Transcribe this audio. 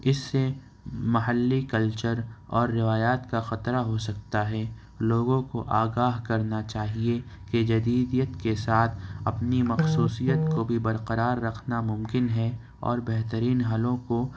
اس سے محلی کلچر اور روایات کا خطرہ ہو سکتا ہے لوگوں کو آگاہ کرنا چاہیے کہ جدیدیت کے ساتھ اپنی مخصوصیت کو بھی برقرار رکھنا ممکن ہے اور بہترین حلوں کو